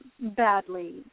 badly